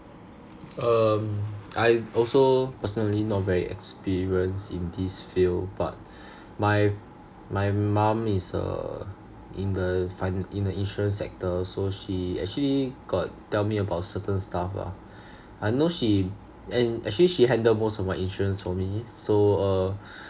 um I also personally not very experienced in this field but my my mum is a in the fi~ in athe insurance sector so she actually got tell me about certain stuff lah I know she and actually she handle most of my insurance for me so uh